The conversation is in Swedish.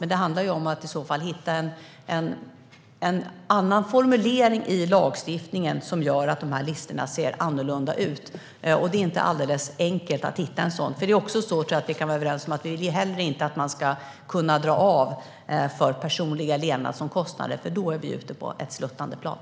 Men det handlar om att i så fall hitta en annan formulering i lagstiftningen som gör att dessa listor ser annorlunda ut. Det är inte alldeles enkelt att hitta en sådan. Jag tror nämligen att vi kan vara överens om att vi inte heller vill att man ska kunna dra av för personliga levnadsomkostnader. Då är vi ute på ett sluttande plan.